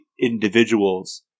individuals